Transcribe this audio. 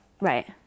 Right